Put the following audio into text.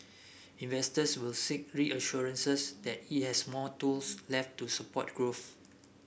investors will seek reassurances that it has more tools left to support growth